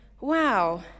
wow